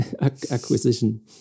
acquisition